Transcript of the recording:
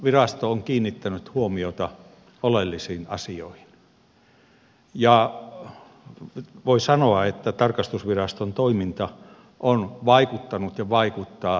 virasto on kiinnittänyt huomiota oleellisiin asioihin ja voi sanoa että tarkastusviraston toiminta on vaikuttanut ja vaikuttaa toiminnan muutokseen